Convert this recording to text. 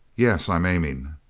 yes. i'm aiming.